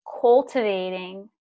cultivating